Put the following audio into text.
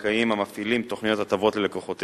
הבנקאיים המפעילים תוכניות הטבות ללקוחותיהם,